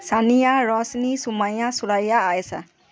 Sania Roshni Sumaiya Suraiya Ayesha